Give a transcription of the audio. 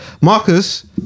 Marcus